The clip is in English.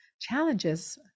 challenges